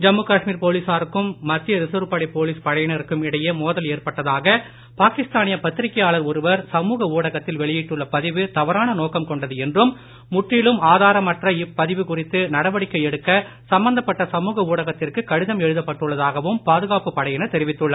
ஜம்மு காஷ்மீர் போலீசாருக்கும் மத்திய ரிசர்வ் படை போலீஸ் படையினருக்கும் இடையே மோதல் ஏற்பட்டதாக பாகிஸ்தானிய பத்திரிக்கையாளர் ஒருவர் சமூக ஊடகத்தில் வெளியிட்டுள்ள பதிவு தவறான நோக்கம் கொண்டது என்றும் முற்றிலும் ஆதாரமற்ற இப்பதிவு குறித்து நடவடிக்கை எடுக்க சம்பந்தப்பட்ட சமூக ஊடகத்திற்கு கடிதம் எழுதப்பட்டுள்ளதாகவும் பாதுகாப்பு படையினர் தெரிவித்துள்ளனர்